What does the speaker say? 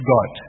God